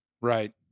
right